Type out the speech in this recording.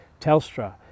Telstra